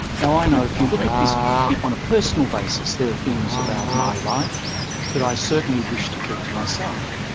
now, i know if you look at this on a personal basis there are things about my life that i certainly wish to keep to myself,